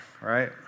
right